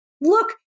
look